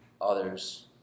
others